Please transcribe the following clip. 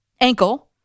Ankle